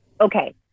okay